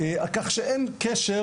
כך שאין קשר,